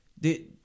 the-